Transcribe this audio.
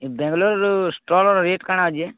ଏ ବାଙ୍ଗାଲୋର ଷ୍ଟଲର ରେଟ୍ କ'ଣ ଅଛି